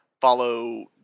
follow